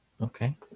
Okay